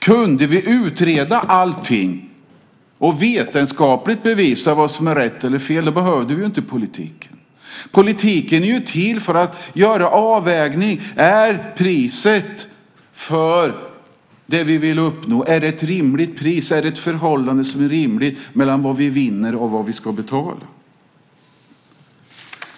Om vi kunde utreda allt och vetenskapligt bevisa vad som är rätt och fel skulle vi inte behöva politiken. Politiken är till för att vi ska kunna göra en avvägning vad gäller priset för det som vi vill uppnå för att se om det är ett rimligt pris, om förhållandet mellan det som vi vinner och det som vi ska betala är rimligt.